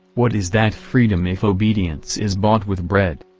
what is that freedom if obedience is bought with bread?